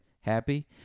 Happy